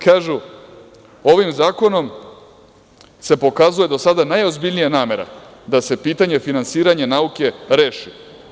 Kažu – ovim zakonom se pokazuje do sada najozbiljnija namera da se pitanje finansiranje nauke reši.